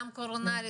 גם קורונה,